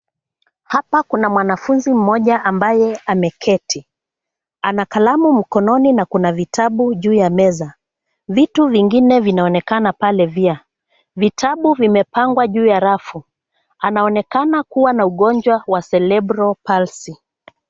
Hapa kuna mwanafunzi mmoja ambaye ameketi. Ana kalamu mkononi na kuna vitabu juu ya meza. Vitu vingine vinaonekana pale pia. Vitabu vimepangwa juu ya rafu. Anaonekana kuwa na ugonjwa wa Cerebral palsy.